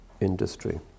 industry